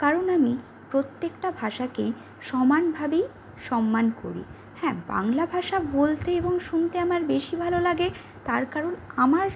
কারণ আমি প্রত্যেকটা ভাষাকেই সমানভাবেই সম্মান করি হ্যাঁ বাংলা ভাষা বলতে এবং শুনতে আমার বেশি ভালো লাগে তার কারণ আমার